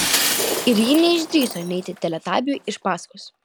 ir ji neišdrįso neiti teletabiui iš paskos